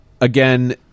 again